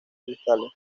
cristales